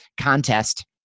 contest